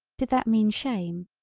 did that mean shame,